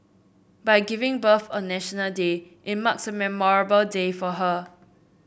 by giving birth on National Day it marks a memorable day for her